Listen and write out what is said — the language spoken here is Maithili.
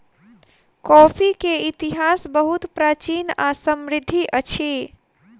कॉफ़ी के इतिहास बहुत प्राचीन आ समृद्धि अछि